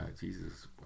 Jesus